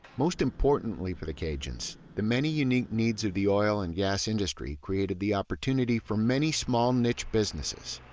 most importantly for the cajuns, the many unique needs of the oil and gas industry created the opportunity for many small niche businesses.